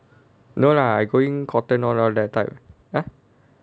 no lah I going cotton on all that type !huh!